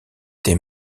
tes